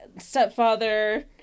stepfather